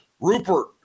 Rupert